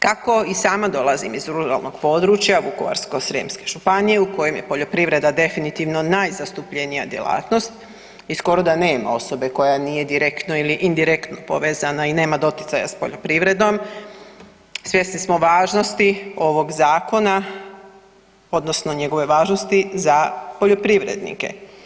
Kako i sama dolazim iz ruralnog područja Vukovarsko-srijemske županije u kojem je poljoprivreda definitivno najzastupljenija djelatnost i skoro da nema osobe koja nije direktno ili indirektno povezana i nema doticaja sa poljoprivredom svjesni smo važnosti ovog zakona, odnosno njegove važnosti za poljoprivrednike.